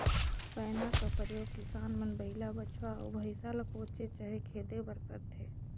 पैना का परियोग किसान मन बइला, बछवा, अउ भइसा ल कोचे चहे खेदे बर करथे